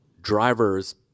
drivers